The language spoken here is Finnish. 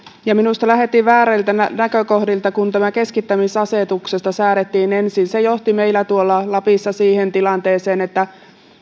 minusta lähdettiin vääristä näkökohdista kun tästä keskittämisasetuksesta säädettiin ensin se johti meillä tuolla lapissa siihen tilanteeseen että